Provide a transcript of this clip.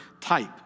type